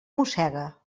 mossega